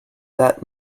that